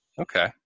Okay